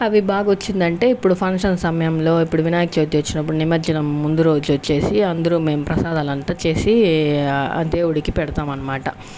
అవి బాగా వచ్చిందంటే ఇప్పుడు ఫంక్షన్ సమయంలో ఇప్పుడు వినాయక చవితి వచ్చినప్పుడు నిమజ్జనం ముందు రోజు వచ్చేసి అందరూ మేము ప్రసాదాలు అంతా చేసి ఆ దేవుడికి పెడతాం అనమాట